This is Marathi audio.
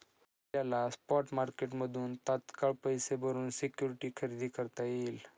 आपल्याला स्पॉट मार्केटमधून तात्काळ पैसे भरून सिक्युरिटी खरेदी करता येईल